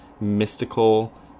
mystical